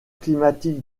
climatique